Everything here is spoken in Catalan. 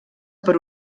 per